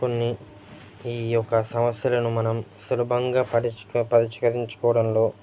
కొన్ని ఈ యొక సమస్యలను మనం సులభంగా పరిష్క పరిష్కరించుకోడంలో